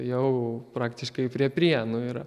jau praktiškai prie prienų yra